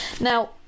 Now